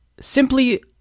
simply